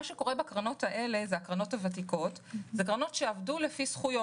מה שקורה בקרנות הוותיקות, הן עבדו לפי זכויות.